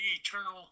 eternal